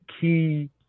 key